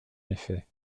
effet